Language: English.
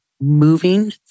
moving